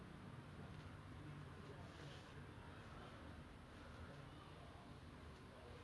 he was said to be he was shown publicised as a boy who killed